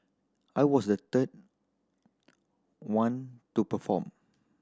I was the third one to perform